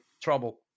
trouble